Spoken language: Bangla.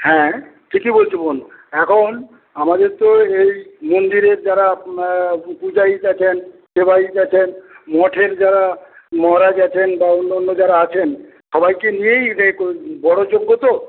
হ্যাঁ ঠিকই বলছ বোন এখন আমাদের তো এই মন্দিরের যারা পূজারী আছেন সেবাইত আছেন মঠের যারা মহারাজ আছেন বা অন্য অন্য যারা আছেন সবাইকে নিয়েই বড় যজ্ঞ তো